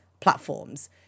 platforms